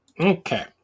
Okay